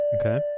Okay